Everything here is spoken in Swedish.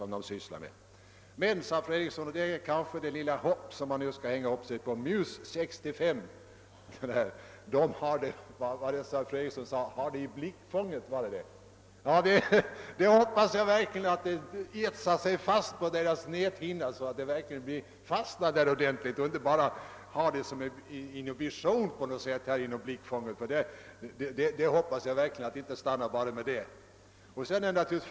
Men, sade fru Eriksson, och det kanske är det enda lilla hopp som man kan klamra sig fast vid, av MUS 65 har vi »fått en försäkran om att både Visby och Gränna ligger inom blickfånget». Jag hoppas verkligen att dessa städer etsar sig fast på utredningens näthinna, så att det hela inte endast förblir något slags vision.